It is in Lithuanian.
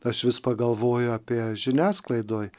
aš vis pagalvoju apie žiniasklaidoj